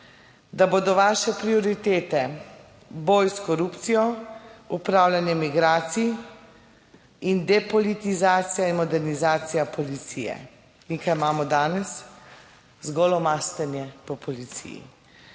da bodo vaše prioritete boj s korupcijo, upravljanje migracij in depolitizacija in modernizacija policije. In kaj imamo danes? Zgolj lomastenje po policiji.